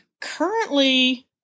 currently